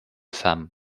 femmes